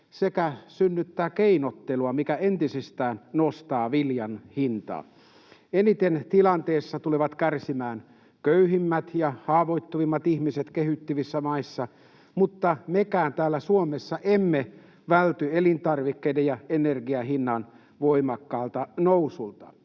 sekä synnyttää keinottelua, mikä entisestään nostaa viljan hintaa. Eniten tilanteessa tulevat kärsimään köyhimmät ja haavoittuvimmat ihmiset kehittyvissä maissa, mutta mekään täällä Suomessa emme välty elintarvikkeiden ja energian hinnan voimakkaalta nousulta.